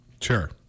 Sure